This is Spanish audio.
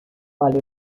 vale